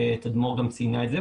תדמור גם ציינה את זה,